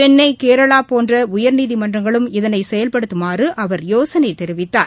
சென்னன கேரளாபோன்றஉயர்நீதிமன்றங்களும் இதனைசெயல்படுத்தமாறுஅவர் யோசனைதெரிவித்தார்